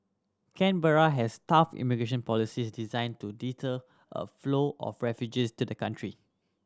Canberra has tough immigration policies designed to deter a flow of refugees to the country